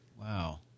Wow